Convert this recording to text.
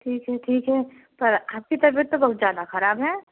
ठीक है ठीक है पर आपकी तबीयत तो बहुत ज़्यादा खराब है